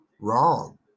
wrong